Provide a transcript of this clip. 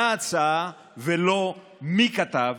מה ההצעה, ולא מי כתב